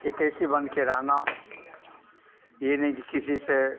हताशी बनकर रहना यह नहीं कि किसी से